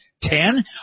ten